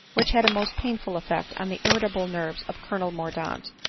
which had a most painful effect on the irritable nerves of colonel mordaunt,